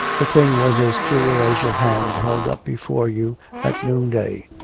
the thing was as clear as your hand held up before you at noon-day.